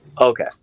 okay